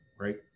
Right